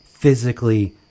physically